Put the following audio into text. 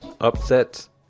Upsets